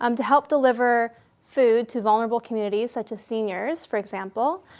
um to help deliver food to vulnerable communities such as seniors for example.